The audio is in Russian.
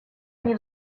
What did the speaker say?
они